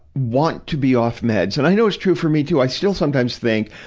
want to be off meds. and i know it's true for me, too. i still sometimes think,